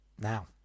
Now